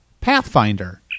Pathfinder